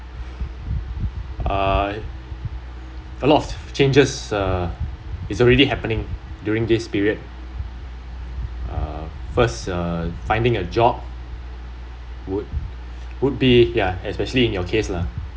uh a lot of changes uh it's already happening during this period uh first uh finding a job would would be ya especially in your case lah